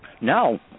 No